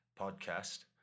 podcast